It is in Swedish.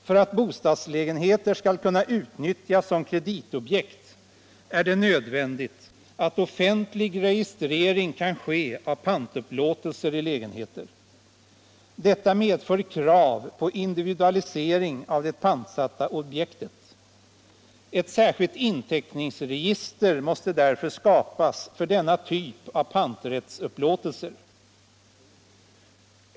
För att bostadslägenheter skall kunna utnyttjas som kreditobjekt är det nödvändigt att offentlig registrering kan ske av pantupplåtelser i lägenheter. Detta medför krav på individualisering av det pantsatta objektet. Ett särskilt inteckningsregister måste därför skapas för denna typ av panträttsupplåtelser.